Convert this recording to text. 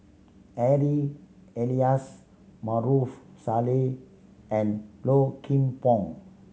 Harry Elias Maarof Salleh and Low Kim Pong